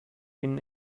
been